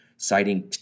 Citing